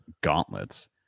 gauntlets